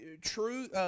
true